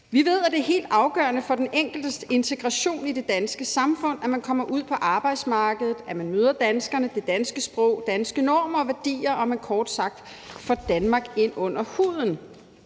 Vi ved, at det er helt afgørende for den enkeltes integration i det danske samfund, at man kommer ud på arbejdsmarkedet, at man møder danskerne, det danske sprog, danske normer og værdier, og at man kort sagt får Danmark ind under huden.